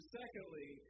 secondly